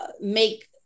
make